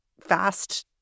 fast